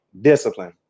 discipline